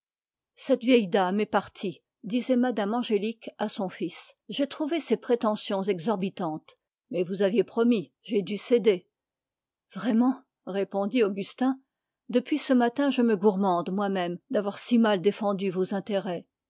cette vieille dame est partie disait mme angélique à son fils j'ai trouvé ses prétentions exorbitantes mais vous aviez promis j'ai dû céder vraiment répondit augustin depuis ce matin je me gourmande moi-même d'avoir si mal défendu vos intérêts